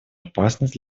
опасность